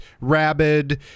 Rabid